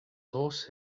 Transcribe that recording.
horse